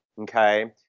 okay